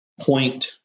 Point